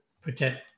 protect